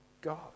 God